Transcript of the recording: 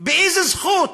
באיזה זכות?